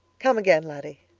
come again, laddie,